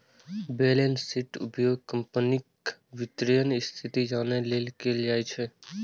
balance शीटक उपयोग कंपनीक वित्तीय स्थिति जानै लेल कैल जाइ छै